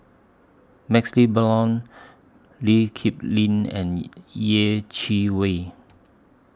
MaxLe Blond Lee Kip Lin and Yeh Chi Wei